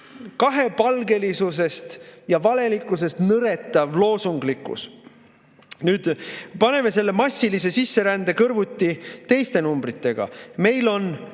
kahepalgelisusest ja valelikkusest nõretav loosunglikkus! Paneme selle massilise sisserände kõrvuti teiste numbritega. Meil on